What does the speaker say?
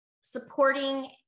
supporting